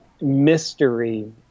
mystery